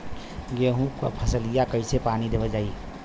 गेहूँक फसलिया कईसे पानी देवल जाई?